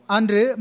Andre